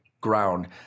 ground